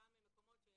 אותם מקומות של